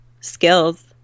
skills